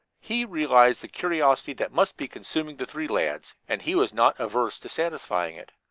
he realized the curiosity that must be consuming the three lads, and he was not averse to satisfying it.